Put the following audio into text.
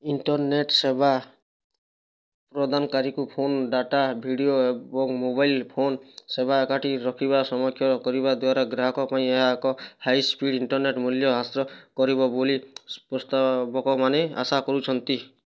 internet ସେବା ପ୍ରଦାନକାରୀକୁ phone data video ଏବଂ ମୋବାଇଲ୍ ଫୋନ୍ ସେବା ଏକାଠି ରଖିବା ସକ୍ଷମ କରିବା ଦ୍ୱାରା ଗ୍ରାହକଙ୍କ ପାଇଁ ଏହା ଏକ ହାଇ ସ୍ପିଡ଼ ଇଣ୍ଟରନେଟ୍ ମୂଲ୍ୟ ହ୍ରାସ କରିବ ବୋଲି ପ୍ରସ୍ତାବକମାନେ ଆଶା କରୁଛନ୍ତି